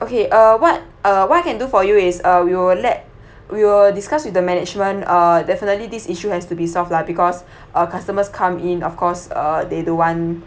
okay uh what uh what I can do for you is a you let we will discuss with the management uh definitely this issue has to be solved lah because uh customers come in of course uh they don't want